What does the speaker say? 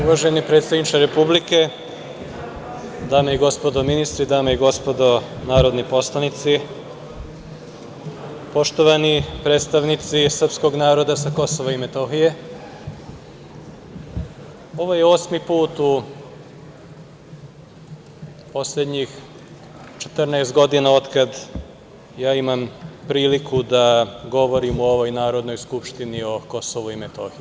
Uvaženi predsedniče Republike, dame i gospodo ministri, dame i gospodo narodni poslanici, poštovani predstavnici srpskog naroda sa Kosova i Metohije, ovo je osmi put u poslednjih 14 godina otkada ja imam priliku da govorim u ovoj Narodnoj skupštini o Kosovu i Metohiji.